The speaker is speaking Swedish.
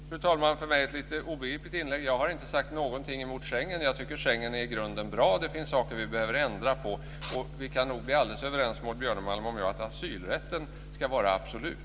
Fru talman! Det var för mig ett lite obegripligt inlägg. Jag har inte sagt någonting emot Schengenavtalet. Jag tycker att Schengensamarbetet i grunden är bra, men det finns saker som vi behöver ändra på. Vi kan nog bli alldeles överens om Maud Björnemalm och jag att asylrätten ska vara absolut.